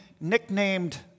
nicknamed